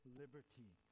liberty